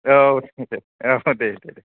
औ औ दे दे दे